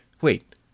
wait